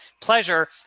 pleasure